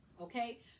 Okay